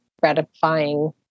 gratifying